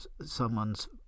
someone's